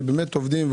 באמת עובדים,